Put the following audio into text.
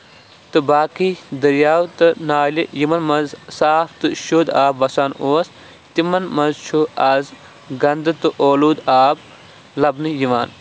تہٕ باقٕے دریاب تہٕ نالہِ یِمن منٛز صاف تہٕ شُد آب وَسان اوس تِمن منٛز چھُ آز گندٕ تہٕ ٲلودٕ آب لَبنہٕ یِوان